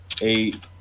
eight